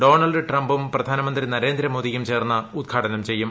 Donald ട്രംപും പ്രധാനമന്ത്രി നരേന്ദ്രമോദിയും ചേർന്റ് ഉദ്ഘാടനം ചെയ്യും